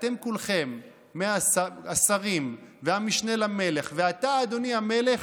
אתם כולכם, השרים והמשנה למלך ואתה, אדוני המלך,